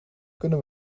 kunnen